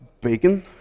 bacon